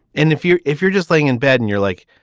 and if you're if you're just laying in bed and you're like,